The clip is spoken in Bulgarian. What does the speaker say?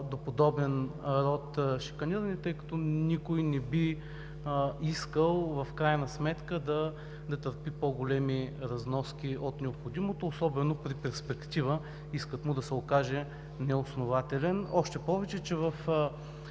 до подобен род шиканиране, тъй като никой не би искал в крайна сметка да търпи по-големи разноски от необходимото особено при перспектива искът му да се окаже неоснователен. Още повече че в